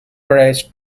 perce